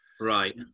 right